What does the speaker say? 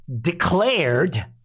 declared